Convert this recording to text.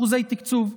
זהו.